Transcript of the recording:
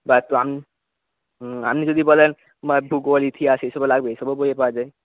হুম আপনি যদি বলেন ভুগোল ইতিহাস এইসবও লাগবে এইসবও বই পাওয়া যায়